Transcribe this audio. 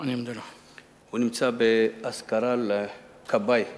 הוא נמצא באזכרה לכבאי חייט,